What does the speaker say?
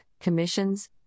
commissions